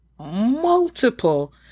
multiple